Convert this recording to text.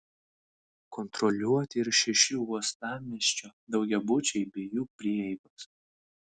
kontroliuoti ir šeši uostamiesčio daugiabučiai bei jų prieigos